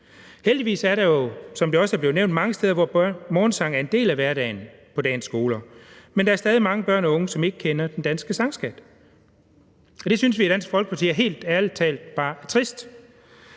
Heldigvis er der jo mange steder, som det også er blevet nævnt, hvor morgensang er en del af hverdagen på landets skoler. Men der er stadig mange børn og unge, som ikke kender den danske sangskat, og det synes vi i Dansk Folkeparti helt ærligt talt bare er trist.